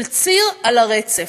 של ציר על הרצף.